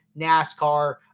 NASCAR